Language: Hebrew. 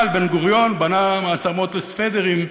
אבל בן-גוריון בנה מעצמות לסוודרים,